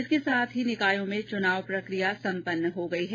इसके साथ ही निकायों में चुनाव प्रक्रिया सम्पन्न हो गई है